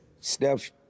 Steph